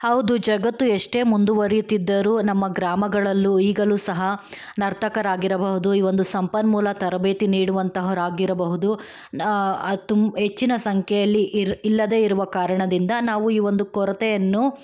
ಹೌದು ಜಗತ್ತು ಎಷ್ಟೇ ಮುಂದುವರಿಯುತ್ತಿದ್ದರೂ ನಮ್ಮ ಗ್ರಾಮಗಳಲ್ಲೂ ಈಗಲೂ ಸಹ ನರ್ತಕರಾಗಿರಬಹುದು ಈ ಒಂದು ಸಂಪನ್ಮೂಲ ತರಬೇತಿ ನೀಡುವಂತಹವರಾಗಿರಬಹುದು ತುಮ್ ಹೆಚ್ಚಿನ ಸಂಖ್ಯೆಯಲ್ಲಿ ಇರ್ ಇಲ್ಲದೇ ಇರುವ ಕಾರಣದಿಂದ ನಾವು ಈ ಒಂದು ಕೊರತೆಯನ್ನು